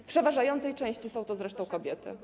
W przeważającej części są to zresztą kobiety.